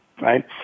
right